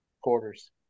quarters